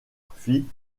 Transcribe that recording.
fit